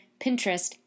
Pinterest